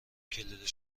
کلید